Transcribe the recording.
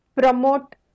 promote